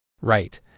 Right